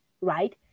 right